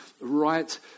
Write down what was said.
right